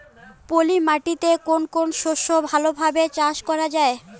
পলি মাটিতে কোন কোন শস্য ভালোভাবে চাষ করা য়ায়?